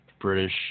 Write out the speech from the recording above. British